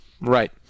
Right